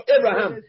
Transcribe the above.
Abraham